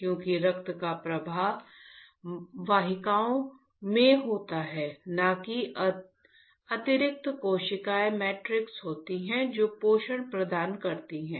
क्योंकि रक्त का प्रवाह वाहिकाओं में होता है न कि अतिरिक्त कोशिकीय मैट्रिक्स होती है जो पोषण प्रदान करती है